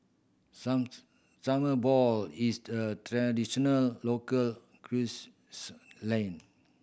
summer ball is the a traditional local